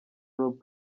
rob